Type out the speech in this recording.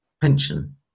pension